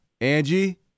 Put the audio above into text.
Angie